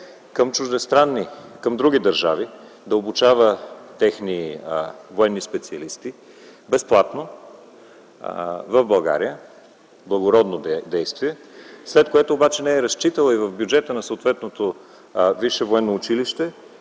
към други държави да обучава техни военни специалисти безплатно в България, благородно действие, след което обаче не е разчитала средствата в бюджета на съответното